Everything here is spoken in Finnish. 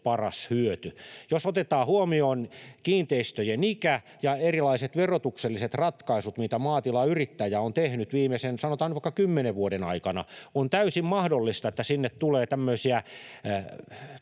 paras hyöty. Jos otetaan huomioon kiinteistöjen ikä ja erilaiset verotukselliset ratkaisut, mitä maatilayrittäjä on tehnyt viimeisen, sanotaan nyt vaikka kymmenen vuoden aikana, on täysin mahdollista, että sinne tulee tämmöisiä